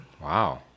wow